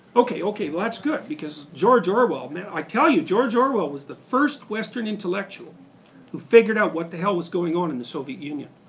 okay, okay, well that's good because george orwell i tell you george orwell was the first western intellectual who figured out what the hell was going on in the soviet union.